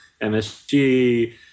MSG